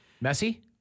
Messy